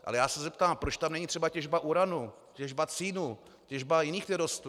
Ale já se zeptám, proč tam není třeba těžba uranu, těžba cínu, těžba jiných nerostů.